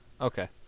Okay